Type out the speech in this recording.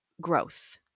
growth